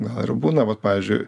ar būna vat pavyzdžiui